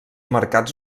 mercats